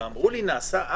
זה היה מפכ"ל המשטרה,